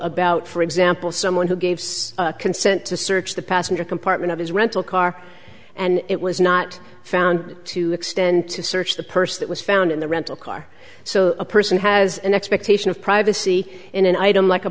about for example someone who gave consent to search the passenger compartment of his rental car and it was not found to extend to search the purse that was found in the rental car so a person has an expectation of privacy in an item like a